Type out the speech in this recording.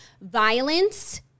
Violence